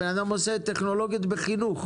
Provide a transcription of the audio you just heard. הבן אדם עושה טכנולוגיות בחינוך,